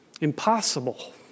Impossible